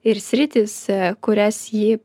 ir sritys kurias ji